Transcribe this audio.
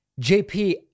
JP